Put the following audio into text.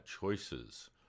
choices